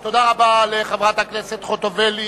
תודה רבה לחברת הכנסת חוטובלי.